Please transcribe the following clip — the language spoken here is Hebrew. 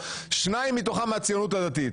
שניים מתוכם הם מהציונות הדתית.